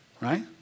right